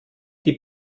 die